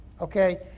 Okay